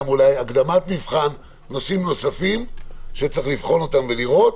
גם אולי על הקדמת מבחן ונושאים נוספים שצריך לבחון אותם ולראות.